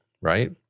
right